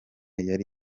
yari